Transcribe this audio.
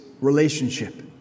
relationship